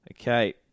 Okay